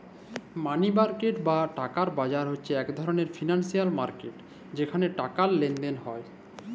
মালি market বা টাকার বাজার হছে ইক ধরলের ফিল্যালসিয়াল মার্কেট যেখালে টাকার লেলদেল হ্যয়